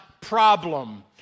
problem